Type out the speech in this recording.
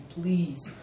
please